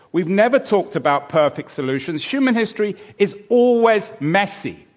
we've never talked about perfect solutions. human history is always messy.